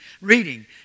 reading